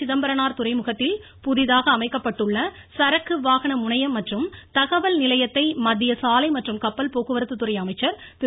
சிதம்பரனார் துறைமுகத்தில் புதிதாக அமைக்கப்பட்டுள்ள சரக்கு வாகன முனையம் மற்றும் தகவல் நிலையத்தை மத்திய சாலை மற்றும் கப்பல் போக்குவரத்துத்துறை அமைச்சர் திரு